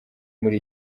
muri